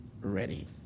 ready